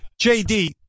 JD